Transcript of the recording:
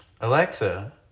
Alexa